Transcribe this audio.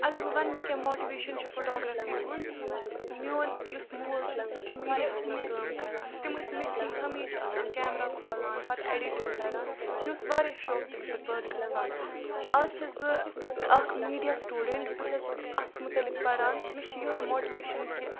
اگر بہٕ وَنہٕ مےٚ کیٛاہ ماٹِویشَن چھِ فوٹوگرافی ہُنٛد میون یُس مول چھُ سُہ چھُ میٖڈیاہَس منٛز کٲم کَران تِم ٲسۍ مےٚ تھی ہمیشہِ آسان کیمرا کھولان پَتہٕ ایٚڈِٹِنٛگ کَران مےٚ اوس واریاہ شوق تٔمۍ سۭتۍ پٲدٕ گَژھان آز چھَس بہٕ اَکھ میٖڈیا سٹوٗڈنٛٹ بہٕ چھَس اَتھ مُتعلِق پَران مےٚ چھُ یِہوے ماٹِویشَن کہِ